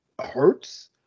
hurts